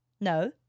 No